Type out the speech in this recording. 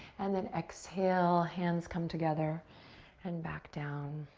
and then exhale, hands come together and back down.